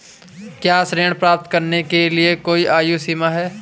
क्या ऋण प्राप्त करने के लिए कोई आयु सीमा है?